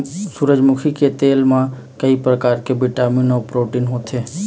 सूरजमुखी के तेल म कइ परकार के बिटामिन अउ प्रोटीन होथे